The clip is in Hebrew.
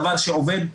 דבר שעובד,